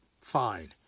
Fine